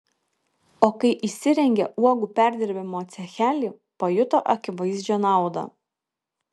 o kai įsirengė uogų perdirbimo cechelį pajuto akivaizdžią naudą